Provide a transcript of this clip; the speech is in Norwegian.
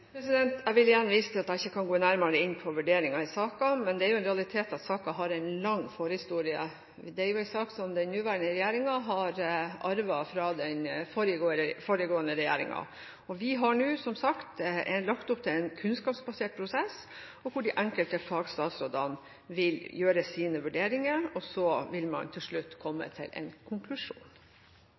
Jeg vil gjerne vise til at jeg ikke kan gå nærmere inn på vurderinger i saken, men det er jo en realitet at saken har en lang forhistorie. Det er en sak som den nåværende regjeringen har arvet fra den foregående regjeringen. Vi har nå, som sagt, lagt opp til en kunnskapsbasert prosess hvor de enkelte fagstatsrådene vil gjøre sine vurderinger, og så vil man til slutt komme til en konklusjon.